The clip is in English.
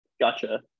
Gotcha